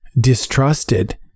distrusted